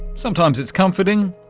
sometimes it's comforting,